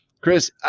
Chris